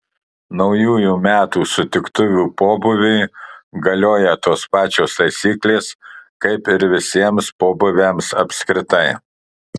naujųjų metų sutiktuvių pobūviui galioja tos pačios taisyklės kaip ir visiems pobūviams apskritai